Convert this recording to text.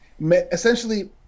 Essentially